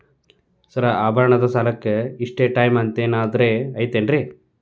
Sir ಆಭರಣದ ಸಾಲಕ್ಕೆ ಇಷ್ಟೇ ಟೈಮ್ ಅಂತೆನಾದ್ರಿ ಐತೇನ್ರೇ?